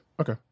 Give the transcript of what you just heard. Okay